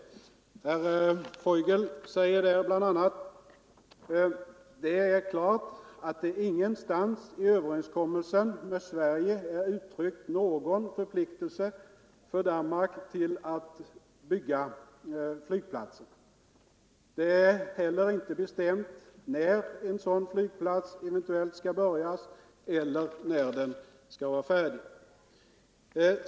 Herr Foighel säger där bl.a. att det är klart att det ingenstans i överenskommelsen med Sverige är uttryckt någon förpliktelse för Danmark att bygga flygplatsen. Det är heller inte bestämt när en sådan flygplats eventuellt skall börja byggas eller när den skall vara färdig.